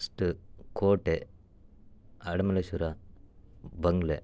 first ಕೋಟೆ ಆಡುಮಲ್ಲೇಶ್ವರ ಬಂಗಲೆ